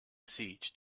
siege